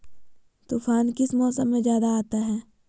तूफ़ान किस मौसम में ज्यादा आता है?